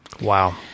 Wow